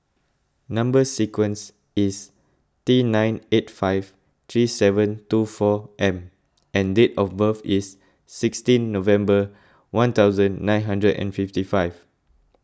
Number Sequence is T nine eight five three seven two four M and date of birth is sixteen November one thousand nine hundred and fifty five